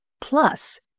plus